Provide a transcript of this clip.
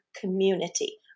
community